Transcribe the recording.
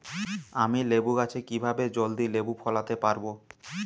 আমি লেবু গাছে কিভাবে জলদি লেবু ফলাতে পরাবো?